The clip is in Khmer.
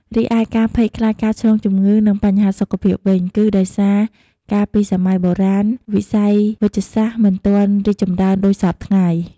រីឯការភ័យខ្លាចការឆ្លងជំងឺ និងបញ្ហាសុខភាពវិញ គឺដោយសារកាលពីសម័យបុរាណ វិស័យវេជ្ជសាស្ត្រមិនទាន់រីកចម្រើនដូចសព្វថ្ងៃ។